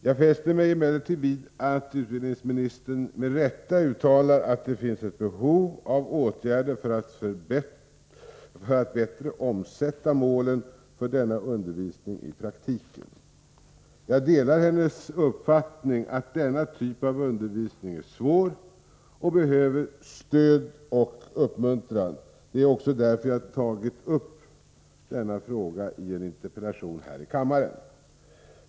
Jag fäster mig emellertid vid att utbildningsministern — med rätta — uttalar att det finns ett behov av åtgärder för att bättre omsätta målen för denna undervisning i praktiken. Jag delar hennes uppfattning att denna typ av undervisning är svår och behöver stöd och uppmuntran. Det är också därför jag tagit upp denna fråga i en interpellation här i kammaren.